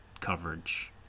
coverage